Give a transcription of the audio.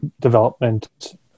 development